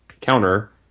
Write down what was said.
counter